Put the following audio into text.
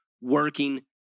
working